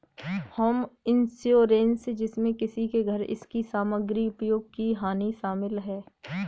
home insurance जिसमें किसी के घर इसकी सामग्री उपयोग की हानि शामिल है